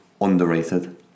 underrated